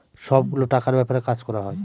সব গুলো টাকার ব্যাপারে কাজ করা হয়